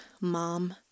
mom